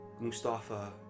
Mustafa